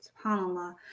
SubhanAllah